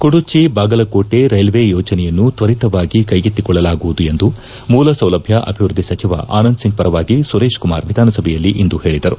Kudachi Bagalkot railway ಯೋಜನೆಯನ್ನು ತ್ವರಿತಗತಿಯಲ್ಲಿ ಕೈಗೆತ್ತಿಕೊಳ್ಳಲಾಗುವುದು ಎಂದು ಮೂಲಸೌಲಭ್ಯ ಅಭಿವೃದ್ಧಿ ಸಚಿವ ಆನಂದ್ ಸಿಂಗ್ ಪರವಾಗಿ ಸುರೇಶ್ ಕುಮಾರ್ ವಿಧಾನಸಭೆಯಲ್ಲಿಂದು ಪೇಳಿದರು